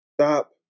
Stop